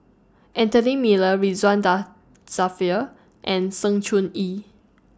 Anthony Miller Ridzwan DA Dzafir and Sng Choon Yee